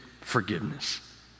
forgiveness